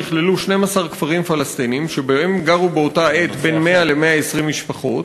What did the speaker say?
נכללו 12 כפרים פלסטיניים שבהם גרו באותה העת בין 100 ל-120 משפחות,